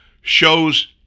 shows